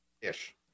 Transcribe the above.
ish